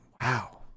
Wow